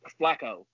Flacco